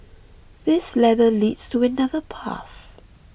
this ladder leads to another path